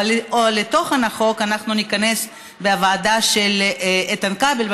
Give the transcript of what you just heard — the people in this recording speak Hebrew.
אבל לתוכן החוק אנחנו ניכנס בוועדה של איתן כבל,